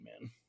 man